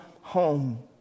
home